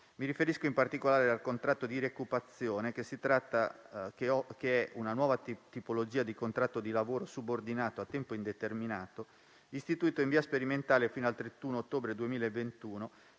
Mi riferisco in particolare al contratto di rioccupazione, una nuova tipologia di contratto di lavoro subordinato a tempo indeterminato, istituita in via sperimentale fino al 31 ottobre 2021